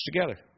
together